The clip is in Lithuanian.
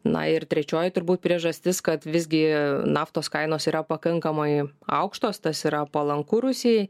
na ir trečioji turbūt priežastis kad visgi naftos kainos yra pakankamai aukštos tas yra palanku rusijai